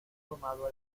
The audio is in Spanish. tomado